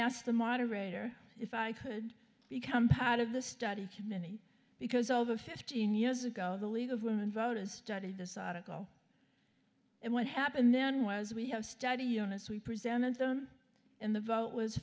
asked the moderator if i could become part of the study committee because over fifteen years ago the league of women voters started this article and what happened then was we have study younus we presented them in the vote was